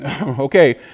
Okay